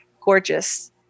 gorgeous